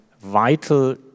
vital